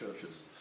churches